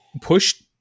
pushed